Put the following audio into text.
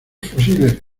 fusiles